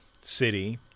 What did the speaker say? City